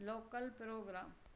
local programme